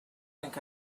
think